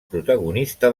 protagonista